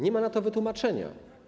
Nie ma na to wytłumaczenia.